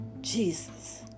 Jesus